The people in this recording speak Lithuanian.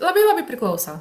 labai labai priklauso